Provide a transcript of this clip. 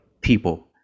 people